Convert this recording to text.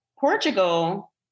Portugal